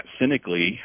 cynically